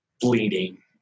bleeding